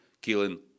killing